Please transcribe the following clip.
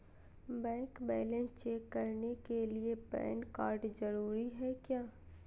Bank balance check करने के लिए पैन कार्ड जरूरी है क्या?